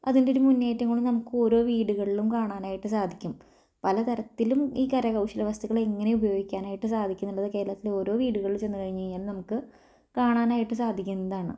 അതിന്റെ ഒരു മുന്നേറ്റമാണ് നമുക്ക് ഓരോ വീടുകളിലും കാണാനായിട്ട് സാധിക്കും പലതരത്തിലും ഈ കരകൗശല വസ്തുക്കൾ ഇങ്ങനെ ഉപയോഗിക്കാനായിട്ട് സാധിക്കുന്നുള്ളത് കേരളത്തിലെ ഓരോ വീടുകളിലും ചെന്ന് കഴിഞ്ഞു കഴിഞ്ഞാൽ നമുക്ക് കാണാനായിട്ട് സാധിക്കുന്നതാണ്